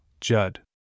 Judd